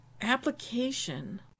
Application